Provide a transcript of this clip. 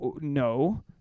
No